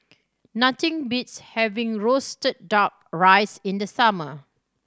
nothing beats having roasted Duck Rice in the summer